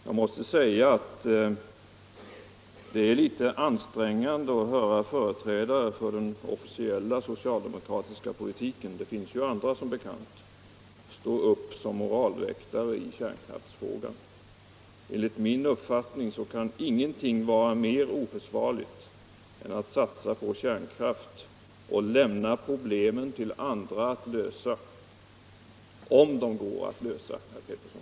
Jag måste säga att det är litet ansträngande att höra företrädare för den officiella socialdemokratiska politiken — det finns ju andra som bekant - stå upp som moralväktare i kärnkraftsfrågan. Enligt min uppfattning kan ingenting vara mer oförsvarligt än att satsa på kärnkraft och lämna problemen till andra att lösa — och de går att lösa, herr Pettersson.